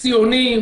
צדק ציוני,